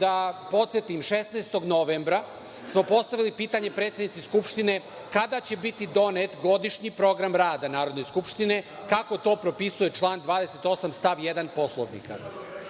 Da podsetim, 16. novembra smo postavili pitanje predsednici Skupštine – kada će biti donet godišnji program rada Narodne skupštine, kako to propisuje član 28. stav 1. Poslovnika,